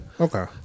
okay